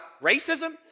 racism